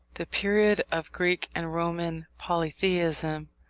the period of greek and roman polytheism,